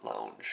Lounge